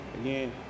again